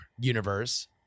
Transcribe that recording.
universe